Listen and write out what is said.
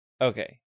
Okay